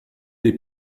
les